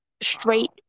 straight